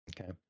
Okay